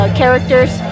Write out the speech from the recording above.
characters